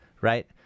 right